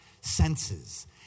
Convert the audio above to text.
senses